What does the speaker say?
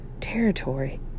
territory